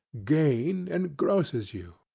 gain, engrosses you.